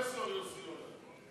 פרופסור יוסי יונה.